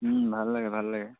ভাল লাগে ভাল লাগে